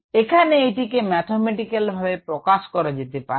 এখানে এটিকে ম্যাথমেটিক্যাল ভাবে প্রকাশ করা যেতে পারে